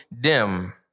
dim